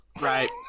Right